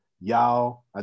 Y'all